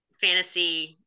fantasy